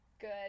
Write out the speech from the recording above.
good